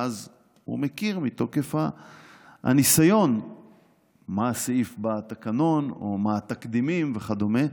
ואז הוא מכיר מתוקף הניסיון מה הסעיף בתקנון או מה התקדימים וכדומה.